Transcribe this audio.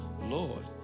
Lord